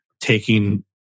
taking